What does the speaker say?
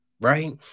right